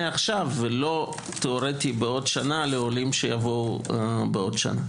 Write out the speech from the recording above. עכשיו ולא תיאורטי בעוד שנה לעולים שיבואו בעוד שנה.